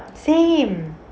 same